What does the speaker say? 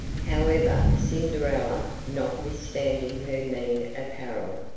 however, cinderella, notwithstanding her mean apparel,